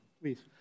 Please